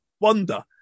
wonder